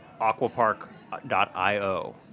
Aquapark.io